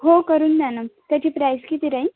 हो करून द्या ना त्याची प्राईस किती राहीन